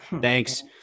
thanks